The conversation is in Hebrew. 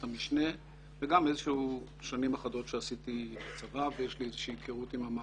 המשנה וגם מספר שנים שעשיתי בצבא ויש לי היכרות עם המערכת.